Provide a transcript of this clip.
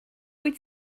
wyt